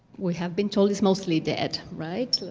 we have been told is mostly dead. right?